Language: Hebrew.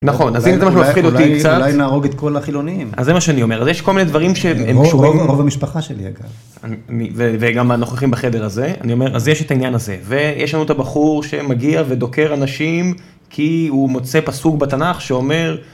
נכון, אז אם זה מה שמפחיד אותי קצת. אולי נהרוג את כל החילונים. אז זה מה שאני אומר, אז יש כל מיני דברים שהם קשורים. רוב המשפחה שלי, אגב. וגם הנוכחים בחדר הזה. אני אומר, אז יש את העניין הזה. ויש לנו את הבחור שמגיע ודוקר אנשים, כי הוא מוצא פסוק בתנ״ך שאומר,